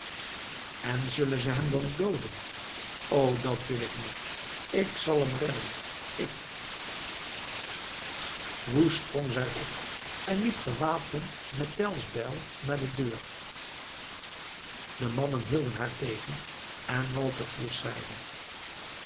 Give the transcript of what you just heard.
en zullen ze hem dan dooden o dat wil ik niet ik zal hem redden ik woest sprong zij op en liep gewapend met tell's bijl naar de deur de mannen hielden haar tegen en walter fürst zeide